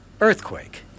Earthquake